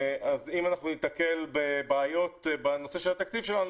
אז אם אנחנו ניתקל בבעיות בנושא של התקציב שלנו,